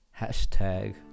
#Hashtag